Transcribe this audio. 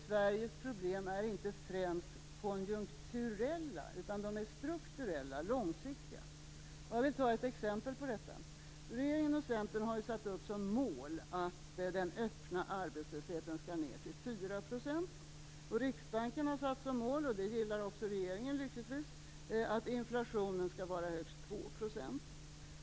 Sveriges problem är inte främst konjunkturella, utan de är strukturella, långsiktiga. Jag vill ta ett exempel på detta. Regeringen och Centern har ju satt upp som mål att den öppna arbetslösheten skall ned till 4 %. Riksbanken har satt upp som mål, och det gillar lyckligtvis också regeringen, att inflationen skall vara högst 2 %.